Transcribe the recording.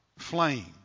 flame